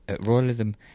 Royalism